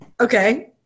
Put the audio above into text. okay